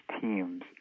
teams